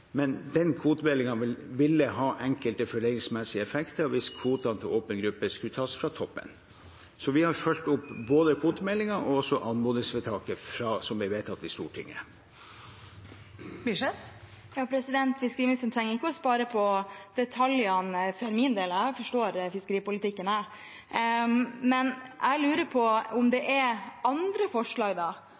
men den kvotemeldingen ville ha enkelte fordelingsmessige effekter hvis kvotene til åpen gruppe skulle tas fra toppen. Så vi har fulgt opp både kvotemeldingen og anmodningsvedtaket som ble vedtatt i Stortinget. Det åpnes for oppfølgingsspørsmål – Cecilie Myrseth. Fiskeriministeren trenger ikke å spare på detaljene for min del. Jeg forstår fiskeripolitikken, jeg. Men jeg lurer på om det er andre